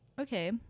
Okay